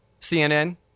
CNN